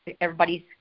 everybody's